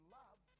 love